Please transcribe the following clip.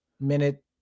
minute